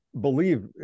believe